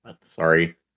Sorry